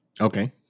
Okay